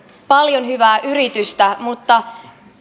paljon hyvää yritystä mutta